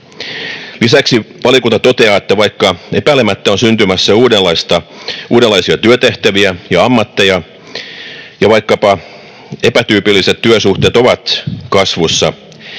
Lisäksi valiokunta toteaa, että vaikka epäilemättä on syntymässä uudenlaisia työtehtäviä ja ammatteja ja vaikkapa epätyypilliset työsuhteet ovat kasvussa,